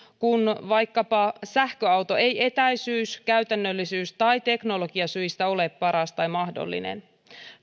kun vaikkapa sähköauto ei etäisyys käytännöllisyys tai teknologiasyistä ole paras tai mahdollinen